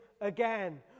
again